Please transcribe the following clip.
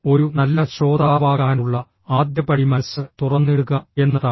ഒരു നല്ല ശ്രോതാവാകാനുള്ള ആദ്യപടി മനസ്സ് തുറന്നിടുക എന്നതാണ്